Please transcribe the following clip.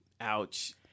Ouch